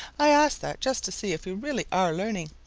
i asked that just to see if you really are learning.